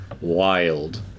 wild